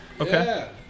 Okay